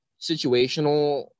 situational